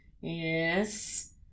Yes